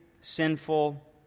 sinful